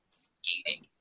skating